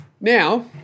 Now